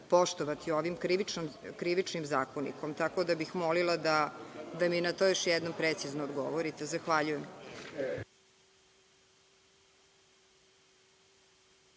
poštovati o ovim Krivičnim zakonikom, tako da bih molila da mi na to još jednom precizno odgovorite. Zahvaljujem.